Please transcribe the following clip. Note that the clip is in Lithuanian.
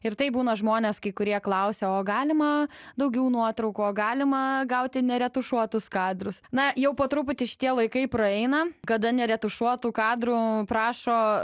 ir taip būna žmonės kai kurie klausia o galima daugiau nuotraukų o galima gauti neretušuotus kadrus na jau po truputį šitie laikai praeina kada neretušuotų kadrų prašo